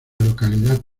localidad